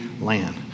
land